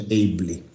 ably